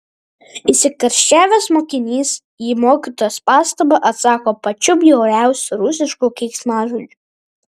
įsikarščiavęs mokinys į mokytojos pastabą atsako pačiu bjauriausiu rusišku keiksmažodžiu